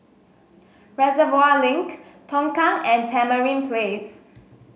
Reservoir Link Tongkang and Tamarind Place